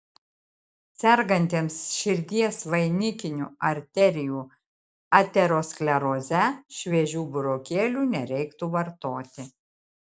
sergantiems širdies vainikinių arterijų ateroskleroze šviežių burokėlių nereiktų vartoti